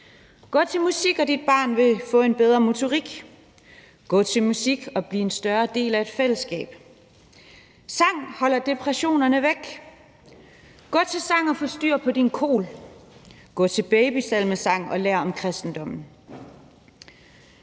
»Gå til musik, og dit barn vil få en bedre motorik«, »Gå til musik, og bliv en større del af et fællesskab«, »Sang holder depressionen væk«, »Gå til sang, og få styr på din kol«, »Gå til babysalmesang, og lær om kristendommen«.